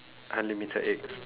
unlimited eggs